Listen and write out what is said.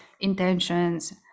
intentions